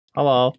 Hello